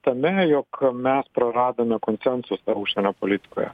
tame jog mes praradome konsensusą užsienio politikoje